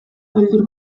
beldur